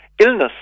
Illness